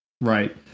Right